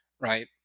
right